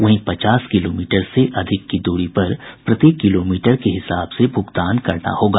वहीं पचास किलोमीटर से अधिक की दूरी पर प्रति किलोमीटर के हिसाब से भुगतान करना होगा